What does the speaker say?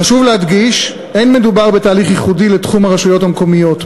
חשוב להדגיש: לא מדובר בתהליך ייחודי לבחירות לרשויות המקומיות,